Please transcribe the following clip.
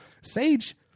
Sage